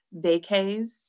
vacays